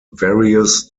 various